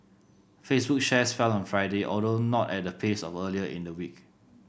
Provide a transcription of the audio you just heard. Facebook shares fell on Friday although not at the pace of earlier in the week